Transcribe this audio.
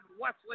Wesley